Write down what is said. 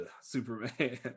Superman